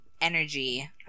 energy